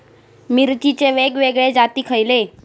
मिरचीचे वेगवेगळे जाती खयले?